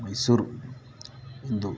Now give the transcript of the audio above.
Mysuru ಇಂದು